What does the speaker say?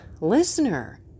listener